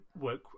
work